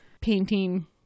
painting